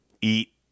eat